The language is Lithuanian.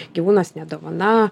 gyvūnas ne dovana